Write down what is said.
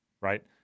right